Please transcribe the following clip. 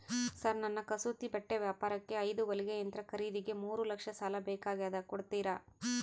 Sir ನನ್ನ ಕಸೂತಿ ಬಟ್ಟೆ ವ್ಯಾಪಾರಕ್ಕೆ ಐದು ಹೊಲಿಗೆ ಯಂತ್ರ ಖರೇದಿಗೆ ಮೂರು ಲಕ್ಷ ಸಾಲ ಬೇಕಾಗ್ಯದ ಕೊಡುತ್ತೇರಾ?